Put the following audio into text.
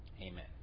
Amen